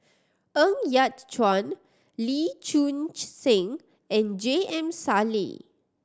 Ng Yat Chuan Lee Choon Seng and J M Sali